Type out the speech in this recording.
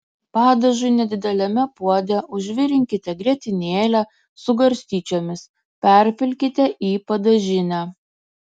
padažui nedideliame puode užvirinkite grietinėlę su garstyčiomis perpilkite į padažinę